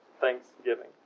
thanksgiving